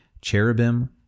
cherubim